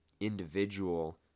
individual